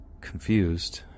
Confused